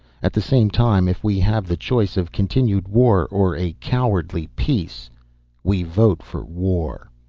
at the same time, if we have the choice of continued war or a cowardly peace we vote for war.